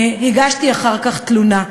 הגשתי אחר כך תלונה.